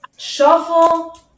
Shuffle